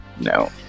no